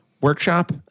workshop